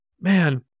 man